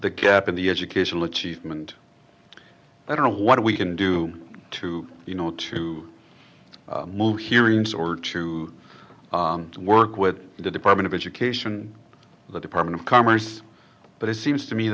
the gap in the educational achievement i don't know what we can do to you know to move hearings or to work with the department of education the department of commerce but it seems to me